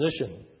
position